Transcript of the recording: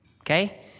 Okay